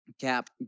Cap